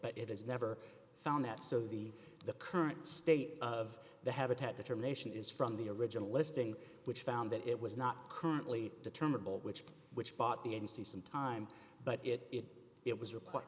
but it has never found that so the the current state of the habitat determination is from the original listing which found that it was not currently determinable which which bought the n c some time but it it was re